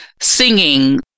singing